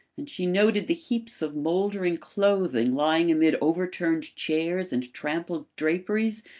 and she noted the heaps of mouldering clothing lying amid overturned chairs and trampled draperies,